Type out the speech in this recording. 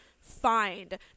find